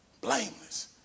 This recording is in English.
blameless